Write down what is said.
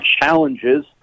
challenges